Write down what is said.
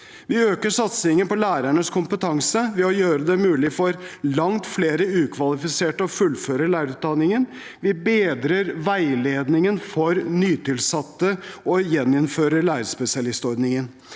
Vi øker satsingen på lærernes kompetanse ved å gjøre det mulig for langt flere ukvalifiserte å fullføre lærerutdanningen. Vi bedrer veiledningen for nytilsatte og gjeninnfører lærerspesialistordningen.